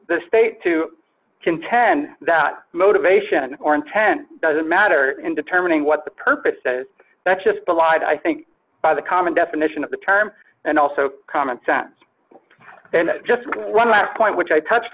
the state to contend that motivation or intent doesn't matter in determining what the purpose says that's just belied i think by the common definition of the term and also common sense and just one last point which i touched